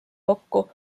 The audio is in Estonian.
kokku